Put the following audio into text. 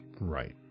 right